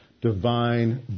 divine